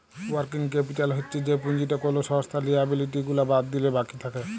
working capital হচ্ছ যে পুঁজিটা কোলো সংস্থার লিয়াবিলিটি গুলা বাদ দিলে বাকি থাক্যে